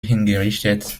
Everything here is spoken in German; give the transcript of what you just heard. hingerichtet